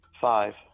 Five